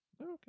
Okay